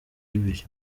ibiri